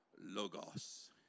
Logos